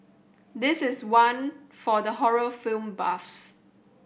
this is one for the horror film buffs